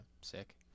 Sick